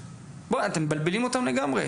אתם מבלבלים אותם לגמרי.